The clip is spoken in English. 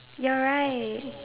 you're right